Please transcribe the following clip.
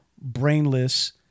brainless